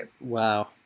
Wow